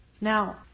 Now